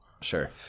Sure